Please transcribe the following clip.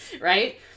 Right